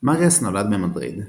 מריאס נולד במדריד.